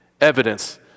evidence